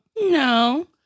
No